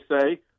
say